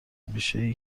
بیشهای